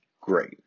Great